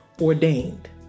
ordained